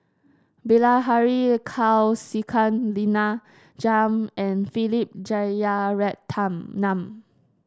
Bilahari Kausikan Lina Chiam and Philip